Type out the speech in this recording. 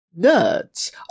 nerds